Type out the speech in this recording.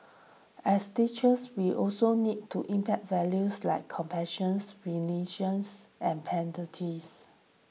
as teachers we also need to impart values like compassion and